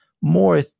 more